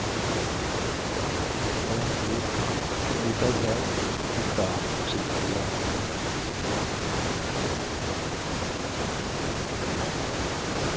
tous les bas âges sont épars sous ces grands arbres